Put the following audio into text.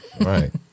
Right